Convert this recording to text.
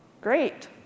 Great